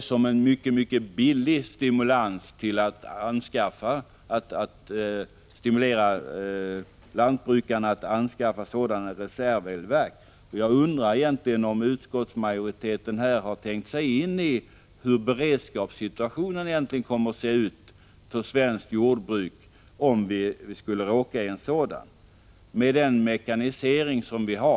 Vi ser det som ett mycket billigt sätt att stimulera lantbrukarna att installera reservelverk. Jag undrar om utskottsmajoriteten egentligen har tänkt på beredskapssituatio — Prot. 1985/86:106 nen för svenskt jordbruk i det här avseendet med tanke på den mekanisering 2 april 1986 av jordbruket som skett.